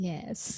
Yes